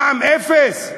מע"מ אפס.